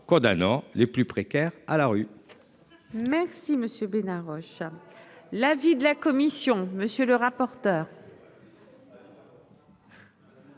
condamnant les plus précaires à la rue.